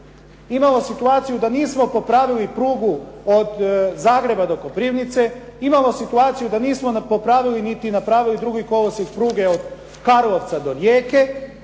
imamo situaciju da nismo popravili prugu od Zagreba do Koprivnice, imamo situaciju da nismo popravili niti napravili drugi kolosijek pruge od Karlovca do Rijeke.